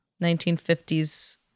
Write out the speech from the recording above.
1950s